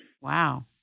Wow